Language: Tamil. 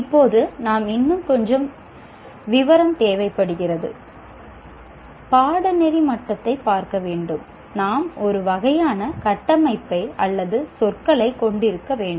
இப்போது நாம் இன்னும் கொஞ்சம் விவரம் தேவைப்படும் பாடநெறி மட்டத்தைப் பார்க்க வேண்டும் நாம் ஒரு வகையான கட்டமைப்பை அல்லது சொற்களைக் கொண்டிருக்க வேண்டும்